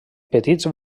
petits